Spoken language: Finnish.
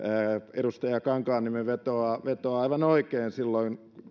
edustaja kankaanniemi vetoaa vetoaa aivan oikein silloin